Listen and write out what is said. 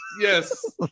Yes